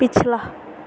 पछिला